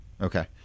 Okay